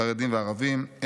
חרדים וערבים,